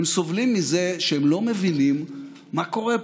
הם סובלים מזה שהם לא מבינים מה קורה פה.